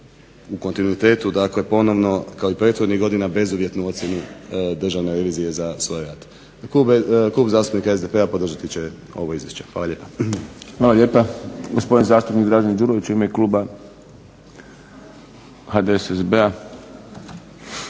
u kontinuitetu kao i prethodnih godina bezuvjetnu ocjenu državne revizije za svoj rad. Klub zastupnika SDP-a podržati će ovo Izvješće. Hvala lijepa. **Šprem, Boris (SDP)** Hvala lijepa. Gospodin zastupnik Dražen ĐUrović u ime Kluba HDSSB-a.